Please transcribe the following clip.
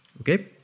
Okay